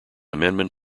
amendment